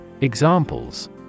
Examples